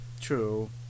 true